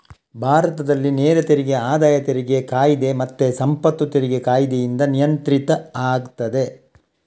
ಭಾರತದಲ್ಲಿ ನೇರ ತೆರಿಗೆ ಆದಾಯ ತೆರಿಗೆ ಕಾಯಿದೆ ಮತ್ತೆ ಸಂಪತ್ತು ತೆರಿಗೆ ಕಾಯಿದೆಯಿಂದ ನಿಯಂತ್ರಿತ ಆಗ್ತದೆ